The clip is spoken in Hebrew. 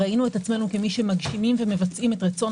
ראינו עצמנו כמי שמגשימים ומבצעים את רצון